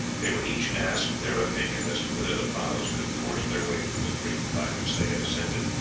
they were each asked their opinion as to whether the prahus could force their way through the creek by which they had ascended.